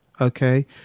okay